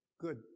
good